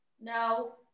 No